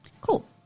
Cool